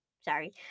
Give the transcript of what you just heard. sorry